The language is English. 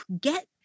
get